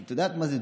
את יודעת מה זה,